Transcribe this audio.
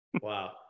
Wow